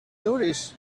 nourish